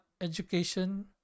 education